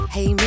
Hey